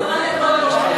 כמה זמן לכל דובר?